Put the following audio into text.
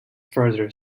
further